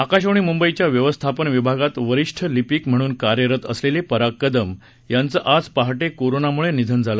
आकाशवाणी मुंबईच्या व्यवस्थापन विभागात वरिष्ठ लिपिक म्हणून कार्यरत असलेले पराग कदम यांचं आज पहा कोरोनामुळे निधन झालं